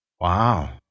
Wow